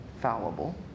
fallible